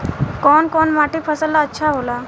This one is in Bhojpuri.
कौन कौनमाटी फसल ला अच्छा होला?